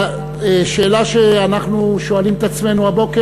השאלה שאנחנו שואלים את עצמנו הבוקר